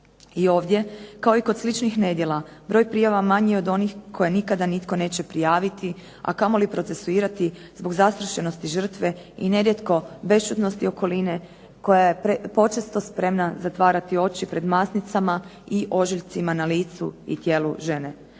I ovdje, kao i kod sličnih nedjela, broj prijava manji od onih koje nikada nitko neće prijaviti, a kamoli procesuirati zbog zastrašenosti žrtve i nerijetko bešćutnosti okoline koja je počesto spremna zatvarati oči pred masnicama i ožiljcima na licu i tijelu žene.